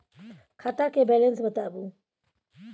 खाता के बैलेंस बताबू?